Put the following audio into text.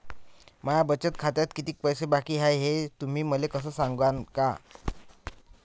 माया बचत खात्यात कितीक पैसे बाकी हाय, हे तुम्ही मले सांगू सकानं का?